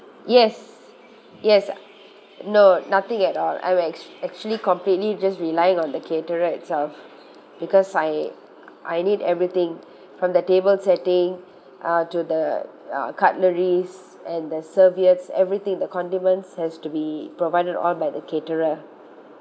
yes yes no nothing at all I'm ac~ actually completely just relying on the caterer itself because I I need everything from the table setting uh to the uh cutleries and the serviettes everything the condiments has to be provided all by the caterer